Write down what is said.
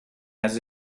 has